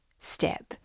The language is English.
step